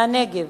מהנגב.